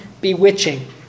Bewitching